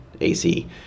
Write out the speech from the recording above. AC